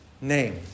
name